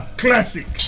classic